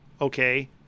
okay